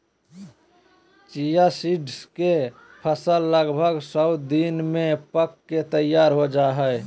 chia seeds के फसल लगभग सो दिन में पक के तैयार हो जाय हइ